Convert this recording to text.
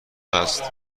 است